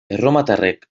erromatarrek